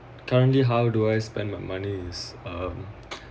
currently how do I spend my money is um